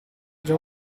già